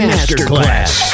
Masterclass